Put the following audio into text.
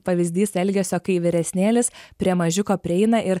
pavyzdys elgesio kai vyresnėlis prie mažiuko prieina ir